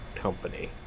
Company